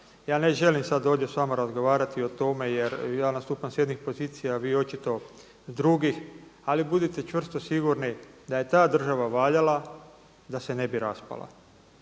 ja ne želim sada ovdje s vama razgovarati o tome jer ja nastupam s jednih pozicija, vi očito drugih. Ali budite čvrsto sigurni da je ta država valjala da se ne bi raspala,